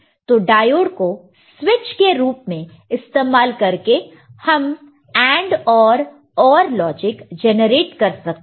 तो डायोड को स्विच के रूप में इस्तेमाल करके हम AND और OR लॉजिक जनरेट कर सकते हैं